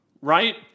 right